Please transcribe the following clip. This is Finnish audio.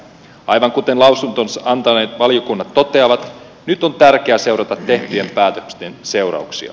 aivan kuten lausuntonsa antaneet valiokunnat toteavat nyt on tärkeää seurata tehtyjen päätösten seurauksia